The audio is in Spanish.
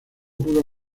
pudo